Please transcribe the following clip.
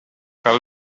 fel